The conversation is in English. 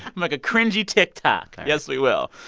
um like a cringey tiktok. yes, we will.